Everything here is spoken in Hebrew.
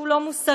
שהוא לא מוסרי,